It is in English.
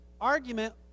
argument